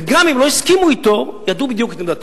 וגם אם לא הסכימו אתו, ידעו בדיוק את עמדתו.